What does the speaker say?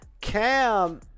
cam